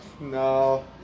No